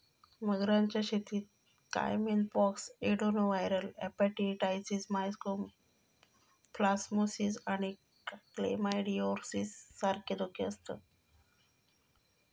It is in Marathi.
मगरांच्या शेतीत caiman pox, adenoviral hepatitis, mycoplasmosis आणि क्लेमायडिओसिस सारखे धोके आसतत